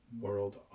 World